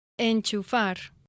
Enchufar